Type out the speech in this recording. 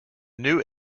new